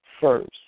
first